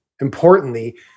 importantly